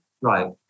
Right